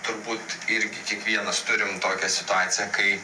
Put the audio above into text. turbūt irgi kiekvienas turim tokią situaciją kai